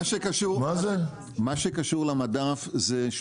מה שקשור למדף זה,